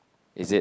is it